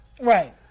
Right